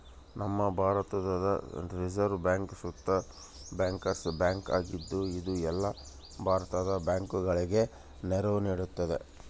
ನಮ್ಮ ಭಾರತುದ್ reserve bank ಸುತ ಬ್ಯಾಂಕರ್ಸ್ ಬ್ಯಾಂಕ್ ಆಗಿದ್ದು, ಇದು ಎಲ್ಲ ಭಾರತದ ಬ್ಯಾಂಕುಗುಳಗೆ ನೆರವು ನೀಡ್ತತೆ